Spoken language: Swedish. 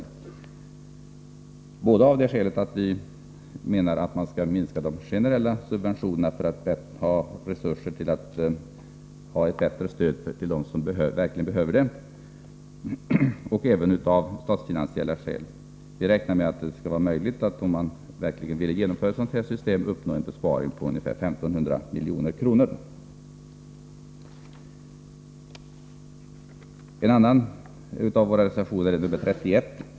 Det gör vi dels av det skälet att vi menar att man skall minska de generella subventionerna för att få resurser att ge ett bättre stöd till dem som verkligen behöver det, dels av statsfinansiella skäl. Vi räknar med att det skall vara möjligt att uppnå en besparing på ungefär 1 500 milj.kr. om man verkligen genomför ett räntelånesystem. Den andra reservationen som jag vill kommentera är vår reservation nr 31.